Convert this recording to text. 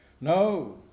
No